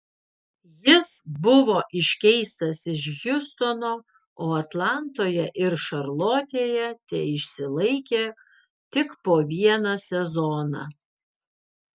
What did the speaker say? jis buvo iškeistas iš hjustono o atlantoje ir šarlotėje teišsilaikė tik po vieną sezoną